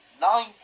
nine